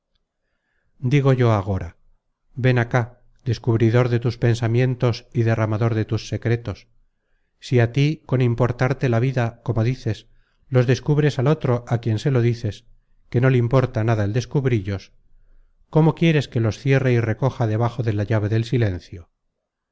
digo yo agora ven acá descubridor de tus pensamientos y derramador de tus secretos si á tí con importarte la vida como dices los descubres al otro á quien se lo dices que no le importa nada el descubrillos cómo quieres que los cierre y recoja debajo de la llave del silencio